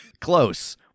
Close